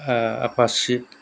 आपासित